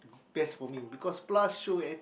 best for me because plus show and